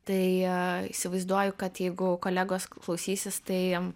tai įsivaizduoju kad jeigu kolegos klausysis tai